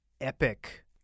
epic